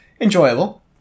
enjoyable